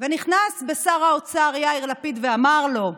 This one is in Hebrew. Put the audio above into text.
ונכנס בשר האוצר יאיר לפיד ואמר לו: